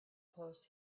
post